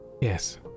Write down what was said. Yes